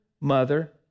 mother